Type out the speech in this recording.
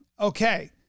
Okay